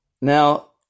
Now